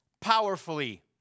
powerfully